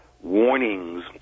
warnings